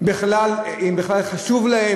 אם בכלל חשוב להם,